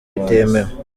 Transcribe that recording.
bitemewe